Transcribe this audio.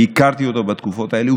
והכרתי אותו בתקופות האלה,